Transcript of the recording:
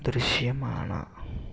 దృశ్యమాన